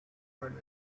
earn